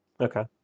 Okay